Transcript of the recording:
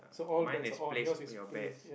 mine is place your bets